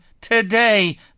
today